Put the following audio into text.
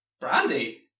Brandy